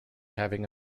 having